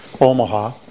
Omaha